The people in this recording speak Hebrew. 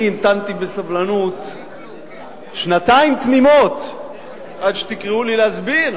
אני המתנתי בסבלנות שנתיים תמימות עד שתקראו לי להסביר